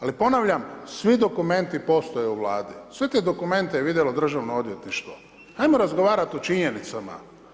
Ali, ponavljam, svi dokumenti postoje u Vladi, sve te dokumente je vidjelo Državno odvjetništvo, ajmo razgovarati o činjenicama.